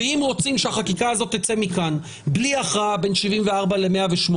אם רוצים שהחקיקה הזאת תצא מכאן בלי הכרעה בין 74 ל-108,